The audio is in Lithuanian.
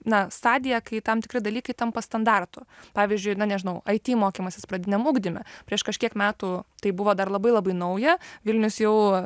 na stadiją kai tam tikri dalykai tampa standartu pavyzdžiui na nežinau aity mokymasis pradiniam ugdyme prieš kažkiek metų tai buvo dar labai labai nauja vilnius jau